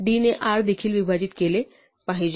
d ने r देखील विभाजित केले पाहिजे